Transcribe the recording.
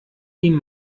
ihm